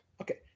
Okay